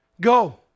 Go